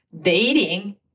dating